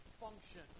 function